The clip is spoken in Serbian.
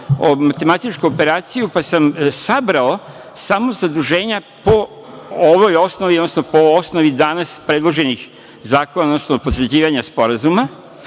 matematičku operaciju, pa sam sabrao samo zaduženja po ovoj osnovi, odnosno po osnovi danas predloženih zakona, odnosno potvrđivanja sporazuma